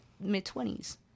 mid-twenties